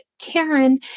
Karen